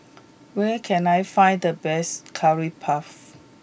where can I find the best Curry Puff